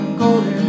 golden